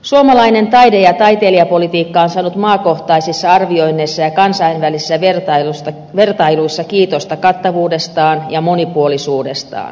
suomalainen taide ja taiteilijapolitiikka ovat saanut maakohtaisissa arvioinneissa ja kansainvälisissä vertailuissa kiitosta kattavuudestaan ja monipuolisuudestaan